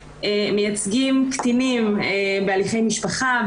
במשך שנים מייצגים קטינים בהליכי משפחה,